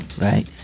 right